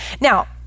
Now